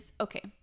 okay